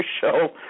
show